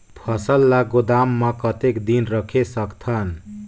फसल ला गोदाम मां कतेक दिन रखे सकथन?